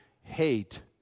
hate